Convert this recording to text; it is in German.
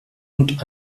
und